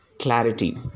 clarity